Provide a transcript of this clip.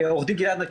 עורך הדין גלעד נרקיס,